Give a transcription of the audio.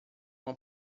uma